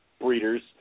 breeders